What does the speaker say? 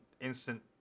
instant